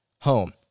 Home